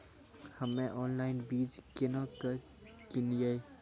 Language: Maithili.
हम्मे ऑनलाइन बीज केना के किनयैय?